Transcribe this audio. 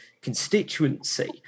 constituency